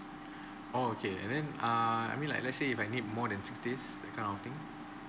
oh okay and then err I mean like let's say if I need more than six days that kind of thing